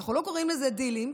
אנחנו לא קוראים לזה "דילים",